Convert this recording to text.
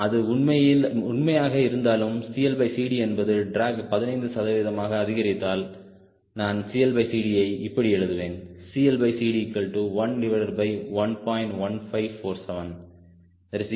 அது உண்மையாக இருந்தாலும் CLCDஎன்பது டிராக் 15 சதவீதமாக அதிகரித்தால் நான் CLCD யை இப்படி எழுதுவேன் CLCD11